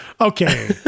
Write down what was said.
Okay